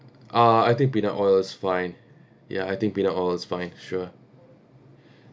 uh I think peanut oil is fine ya I think peanut oil is fine sure